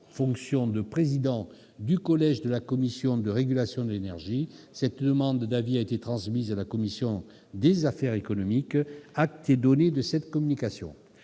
aux fonctions de président du collège de la commission de régulation de l'énergie. Cette demande d'avis a été transmise à la commission des affaires économiques. Acte est donné de cette communication.